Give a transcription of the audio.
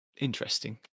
interesting